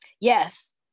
Yes